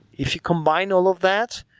if you combine all of that,